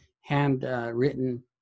handwritten